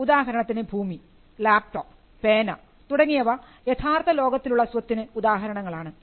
ഉദാഹരണത്തിന് ഭൂമി ലാപ്ടോപ്പ് പേന തുടങ്ങിയവ യഥാർത്ഥ ലോകത്തിലുള്ള സ്വത്തിന് ഉദാഹരണങ്ങൾ ആണ്